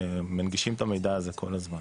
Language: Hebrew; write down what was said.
מנגישים את המידע הזה כל הזמן,